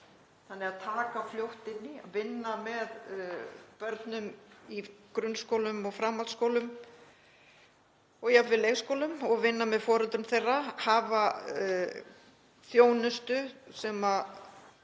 því að grípa fljótt inn í, vinna með börnum í grunnskólum og framhaldsskólum og jafnvel leikskólum og vinna með foreldrum þeirra, hafa þjónustu í